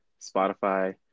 Spotify